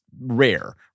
rare